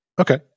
okay